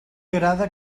agrade